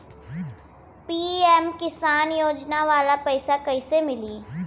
PM किसान योजना वाला पैसा कईसे मिली?